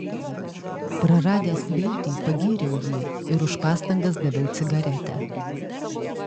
praradęs viltį pagyriau jį ir už pastangas daviau cigaretę